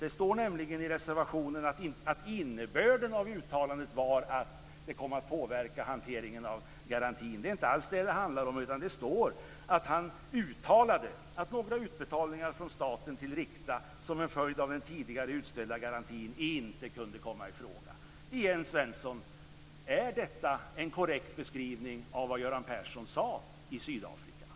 Det står i reservationen att innebörden av uttalandet var att det kom att påverka hanteringen av garantin. Det är inte alls det som det handlar, utan det står att "han uttalade att några utbetalningar från staten till Rikta som en följd av den tidigare utställda garantin inte kunde komma i fråga". Återigen, Ingvar Svensson: Är detta en korrekt beskrivning av vad Göran Persson sade i Sydafrika?